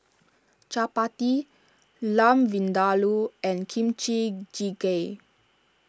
Chapati Lamb Vindaloo and Kimchi Jjigae